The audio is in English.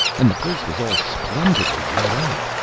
and the place was all splendidly lit up!